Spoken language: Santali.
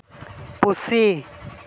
ᱯᱩᱥᱤ